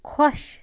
خۄش